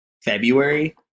February